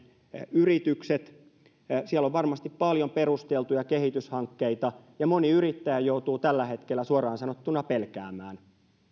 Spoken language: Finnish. yritykset siellä on varmasti paljon perusteltuja kehityshankkeita ja moni yrittäjä joutuu tällä hetkellä suoraan sanottuna pelkäämään